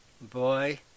Boy